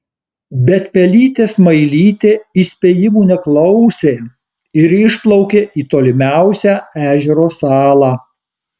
bet pelytė smailytė įspėjimų neklausė ir išplaukė į tolimiausią ežero salą